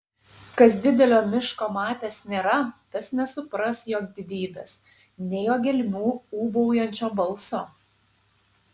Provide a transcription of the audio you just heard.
kas didelio miško matęs nėra tas nesupras jo didybės nei jo gelmių ūbaujančio balso